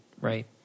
right